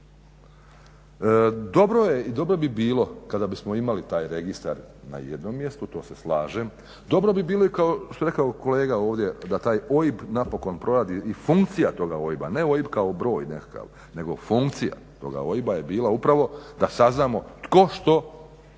Dobro je i dobro bi bilo kada bismo imali taj registar na jednom mjestu, to se slažem, dobro bi bilo kao što je rekao kolega ovdje, da taj OIB napokon proradi i funkcija toga OIB-a, ne OIB kao broj nekakav, nego funkcija toga OIB-a je bila upravo da saznamo tko što